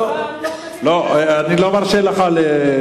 לא קוראים לזה חיבור,